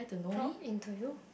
prom into you